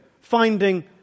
finding